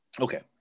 Okay